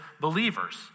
believers